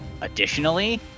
Additionally